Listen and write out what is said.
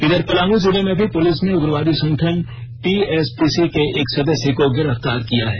इधर पलामू जिले में भी पुलिस ने उग्रवादी संगठन टीएसपीसी के एक सदस्य को गिरफ्तार किया है